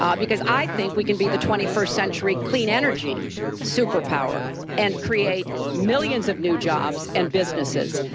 um because i think we can be the twenty first century clean energy superpower and create millions of new jobs and businesses.